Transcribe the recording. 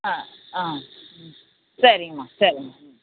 ஆ ஆ ம் சரிங்கம்மா சரிங்க ம்